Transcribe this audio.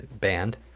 band